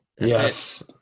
Yes